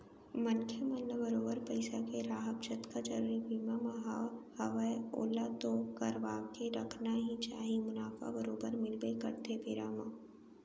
मनखे मन ल बरोबर पइसा के राहब जतका जरुरी बीमा मन ह हवय ओला तो करवाके रखना ही चाही मुनाफा बरोबर मिलबे करथे बेरा म